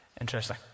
Interesting